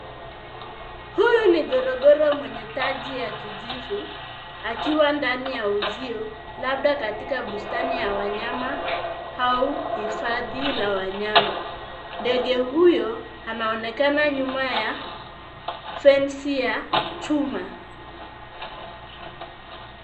Huyu ni korongo mwenye taji ya kijivu akiwa ndani ya uzio labda katika bustani ya wanyama au hifadhi la wanyama. Ndege huyo anaonekana nyuma ya fence ya chuma.